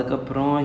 okay